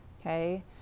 okay